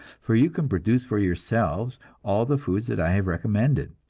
for you can produce for yourselves all the foods that i have recommended